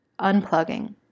unplugging